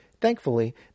Thankfully